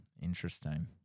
Interesting